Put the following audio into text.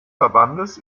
verbandes